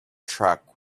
truck